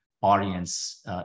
audience